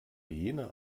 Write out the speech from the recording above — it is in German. jener